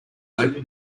open